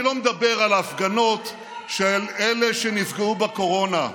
אני לא מדבר על ההפגנות של אלה שנפגעו בקורונה.